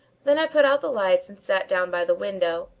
then i put out the lights and sat down by the window,